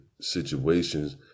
situations